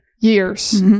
years